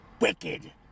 Wicked